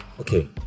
okay